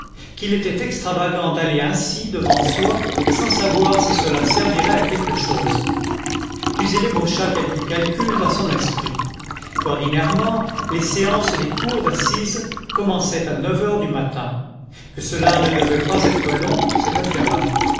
qu'il était extravagant d'aller ainsi devant soi sans savoir si cela servirait à quelque chose puis il ébaucha quelques calculs dans son esprit qu'ordinairement les séances des cours d'assises commençaient à neuf heures du matin que cela ne devait pas être long cette affaire-là